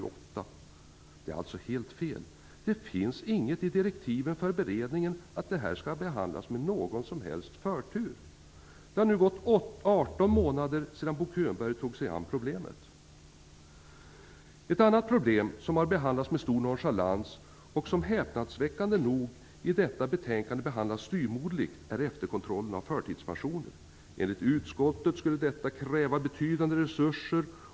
Detta är alltså helt fel. Det finns ingenting i direktiven för beredningen om att detta skall behandlas med någon som helst förtur. Det har nu gått 18 månader sedan Bo Könberg tog sig an problemet. Ett annat problem, som har behandlats med stor nonchalans och som häpnadsväckande nog av utskottet behandlas styvmoderligt, är efterkontrollen av förtidspensioner. Enligt utskottet skulle detta kräva betydande resurser.